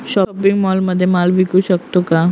Shopping मॉलमध्ये माल विकू शकतो का?